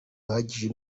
bihagije